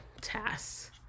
tasks